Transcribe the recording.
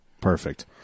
Perfect